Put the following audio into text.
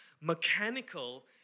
mechanical